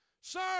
Sir